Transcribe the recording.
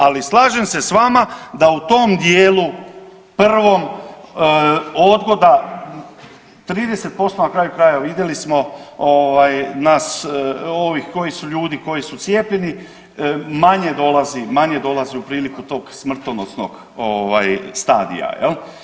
Ali slažem se s vama da u tom dijelu prvom odgoda 30% na kraju krajeva vidjeli smo ovaj nas, ovih koji su ljudi, koji su cijepljeni, manje dolazi, manje dolazi u priliku tog smrtonosnog ovaj stadija jel.